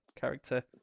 character